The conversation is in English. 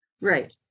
Right